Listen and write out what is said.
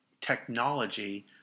technology